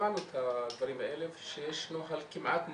שמענו את הדברים האלה שיש נוהל כמעט מוכן,